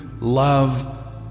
love